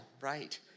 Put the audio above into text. Right